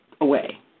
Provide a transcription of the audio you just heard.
away